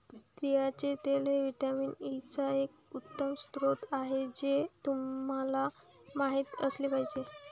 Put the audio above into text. तिळाचे तेल हे व्हिटॅमिन ई चा एक उत्तम स्रोत आहे हे तुम्हाला माहित असले पाहिजे